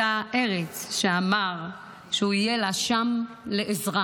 אותה ארץ שאמר שהוא יהיה לה שם לעזרה.